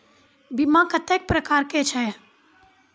बीमा कत्तेक प्रकारक छै?